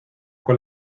con